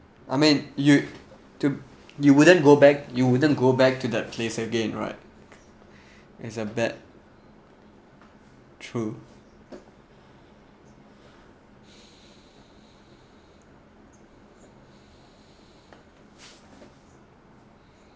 I mean you to you wouldn't go back you wouldn't go back to that place again right it's a bad true